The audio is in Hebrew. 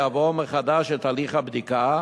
יעבור מחדש את הליך הבדיקה.